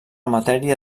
matèria